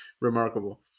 remarkable